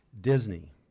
Disney